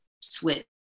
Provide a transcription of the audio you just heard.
switch